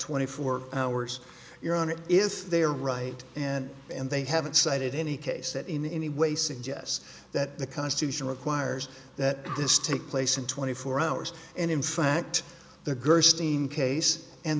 twenty four hours your honor if they are right and and they haven't cited any case that in any way suggests that the constitution requires that this take place in twenty four hours and in fact the gerstein case and